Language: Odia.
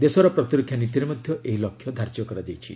ଦେଶର ପ୍ରତିରକ୍ଷା ନୀତିରେ ମଧ୍ୟ ଏହି ଲକ୍ଷ୍ୟ ଧାର୍ଯ୍ୟ କରାଯାଇଛି